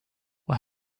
what